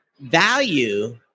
value